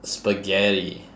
spaghetti